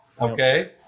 Okay